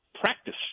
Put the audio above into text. practice